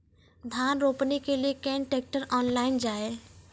धान रोपनी के लिए केन ट्रैक्टर ऑनलाइन जाए?